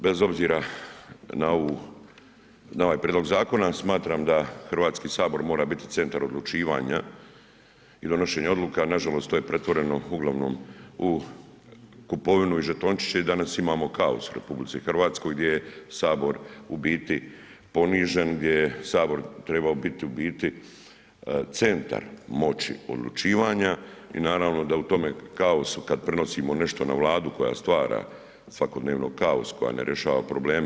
Bez obzira na ovaj prijedlog zakona smatram da Hrvatski sabor mora biti centar odlučivanja i donošenja odluka, nažalost to je pretvoreno u kupovinu i žetončiće i danas imamo kaos u RH gdje je Sabor u biti ponižen, gdje bi Sabor trebao biti u biti centar moći odlučivanja i naravno da u tome kaosu kada prenosimo nešto na Vladu koja stvara svakodnevno kaos, koja ne rješava probleme.